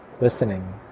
listening